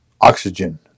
oxygen